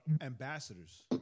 ambassadors